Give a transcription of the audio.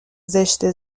زشته